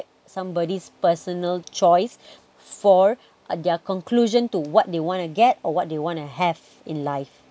somebody's personal choice for their conclusion to what they wanna get or what they wanna have in life